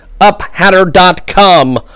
uphatter.com